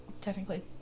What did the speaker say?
technically